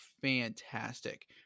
fantastic